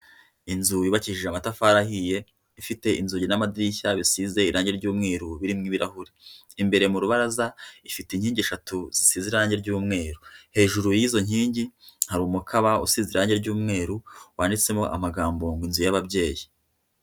Inzu yubakishije amatafari ahiye, ifite inzugi n'amadirishya bisize irangi ry'umweru, birimo ibirahuri. Imbere mu rubaraza, ifite inkingi eshatu zisize irangi ry'umweru. Hejuru y'izo nkingi hari umukaba usize irangi ry'umweru, wanditsemo amagambo ngo inzu y'ababyeyi.